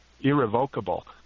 irrevocable